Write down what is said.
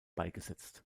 beigesetzt